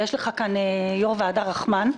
יש לך כאן יו"ר ועדה רחמן.